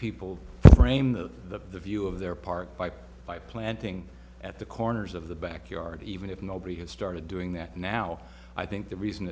people frame the view of their park by by planting at the corners of the backyard even if nobody has started doing that now i think the reason